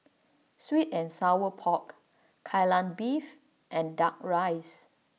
Sweet and Sour Pork Kai Lan Beef and Duck Rice